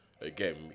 again